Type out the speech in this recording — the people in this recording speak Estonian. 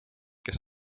kes